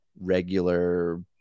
regular